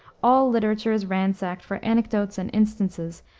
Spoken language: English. all literature is ransacked for anecdotes and instances,